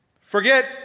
forget